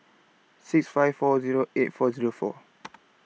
six five four Zero eight four Zero four